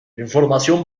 información